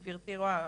גברתי רואה,